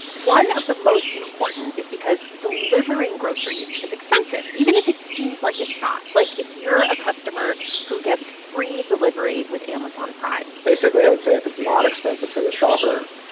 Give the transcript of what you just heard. one of the most important is because delivering groceries is expensive, even if it seems like it's not. like, if you're a customer who gets free delivery with amazon prime basically, i would say if it's not expensive for the shopper,